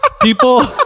people